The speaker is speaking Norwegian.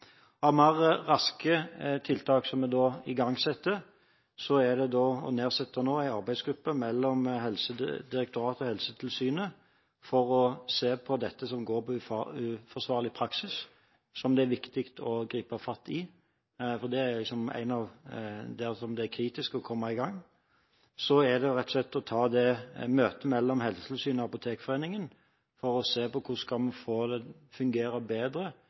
Av mer raske tiltak som vi igangsetter, er det å nedsette en arbeidsgruppe mellom Helsedirektoratet og Helsetilsynet for å se på dette med forsvarlig praksis, noe som det er viktig å gripe fatt i, for det er kritisk å komme i gang. Et annet tiltak er rett og slett å få til et møte mellom Helsetilsynet og Apotekforeningen for å se på hvordan vi kan få de mulighetene som ligger i den oversikten som apotekene i realiteten ofte har i disse spørsmålene, til å fungere bedre,